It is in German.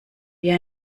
wir